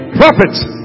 prophets